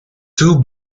two